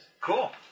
Cool